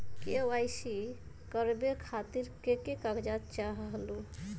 KYC करवे खातीर के के कागजात चाहलु?